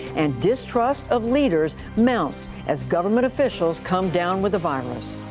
and distrust of leaders mounts, as government officials come down with the virus.